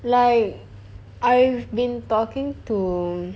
like I've been talking to